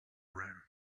room